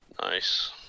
Nice